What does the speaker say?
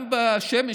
גם בשמש,